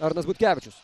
arnas butkevičius